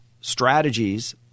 strategies